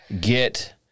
Get